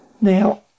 Now